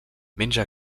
menja